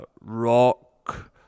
rock